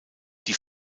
die